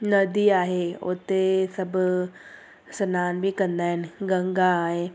नदी आहे हुते सभु सनान बि कंदा आहिनि गंगा आहे